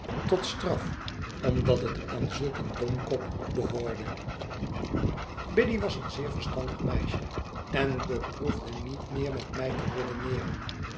tot straf omdat het aan zulk een domkop behoorde biddy was een zeer verstandig meisje en beproefde niet meer met mij te redeneeren